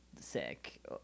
sick